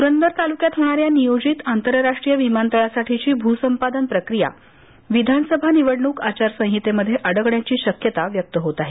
प्रदर तालुक्यात होणाऱ्या नियोजित आंतरराष्ट्रीय विमानतळासाठीची भूसंपादन प्रक्रिया विधानसभा निवडणूक आचारसंहितेमध्ये अडकण्याची शक्यता व्यक्त होत आहे